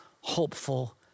hopeful